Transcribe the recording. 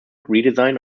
redesign